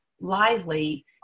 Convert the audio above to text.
lively